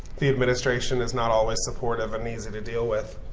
the administration is not always supportive and easy to deal with.